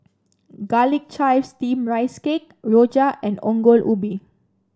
Garlic Chives Steamed Rice Cake Rojak and Ongol Ubi